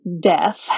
death